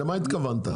למה התכוונת?